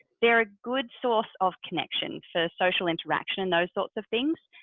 they're a good source of connection for social interaction and those sorts of things.